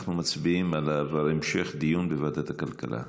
אנחנו מצביעים על המשך דיון בוועדת הכלכלה.